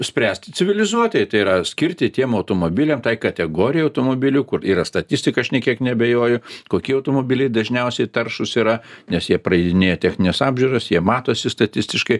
spręsti civilizuotai tai yra skirti tiem automobiliam tai kategorijai automobilių kur yra statistika aš nė kiek neabejoju kokie automobiliai dažniausiai taršūs yra nes jie praeidinėja technines apžiūras jie matosi statistiškai